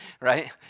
right